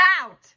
out